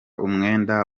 umwenda